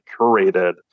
curated